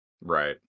Right